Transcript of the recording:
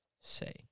say